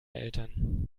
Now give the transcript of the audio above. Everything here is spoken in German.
eltern